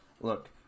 Look